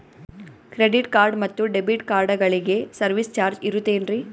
Credit card ಮತ್ತು debit ಕಾರ್ಡಗಳಿಗೆ service charge ಇರುತೇನ್ರಿ?